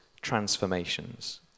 transformations